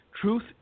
Truth